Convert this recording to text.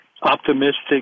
optimistic